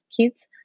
kids